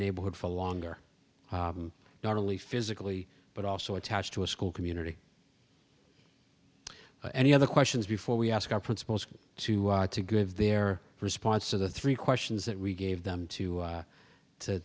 neighborhood for longer not only physically but also attached to a school community any other questions before we ask our principals to give their response to the three questions that we gave them to the t